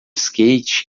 skate